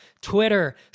Twitter